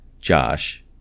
Josh